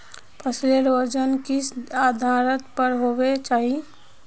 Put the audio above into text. फसलेर वजन किस आधार पर होबे चही?